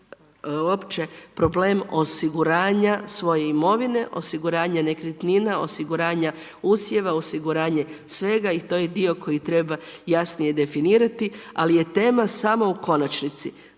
uopće problem osiguranja svoje imovine, osiguranja nekretnina, osiguranja usjeva, osiguranja svega i to je dio koji treba jasnije definirati. Ali, je tema samo u konačnici,